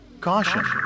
Caution